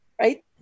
Right